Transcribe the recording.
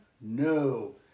No